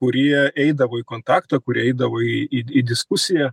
kurie eidavo į kontaktą kurie eidavo į į į diskusiją